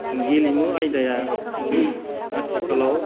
गेलेमु आयदाया आथिखालाव